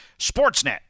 Sportsnet